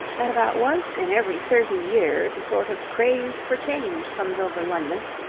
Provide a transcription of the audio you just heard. that about once in every thirty years a sort of craze for change comes over london,